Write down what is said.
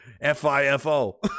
f-i-f-o